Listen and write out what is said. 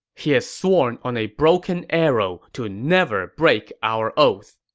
he has sworn on a broken arrow to never break our oath.